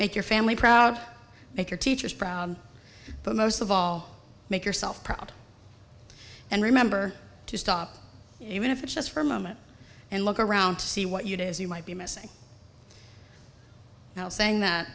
make your family proud make your teachers proud but most of all make yourself proud and remember to stop even if it's just for a moment and look around to see what you did as you might be missing now saying that